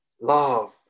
love